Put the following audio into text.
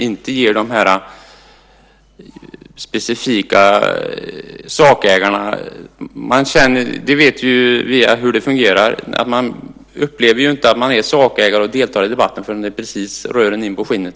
Vi vet hur det fungerar. Man upplever inte att man är sakägare och deltar i debatten förrän det rör en in på skinnet.